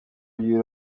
bya